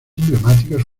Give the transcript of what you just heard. emblemáticos